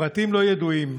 הפרטים לא ידועים,